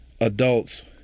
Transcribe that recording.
adults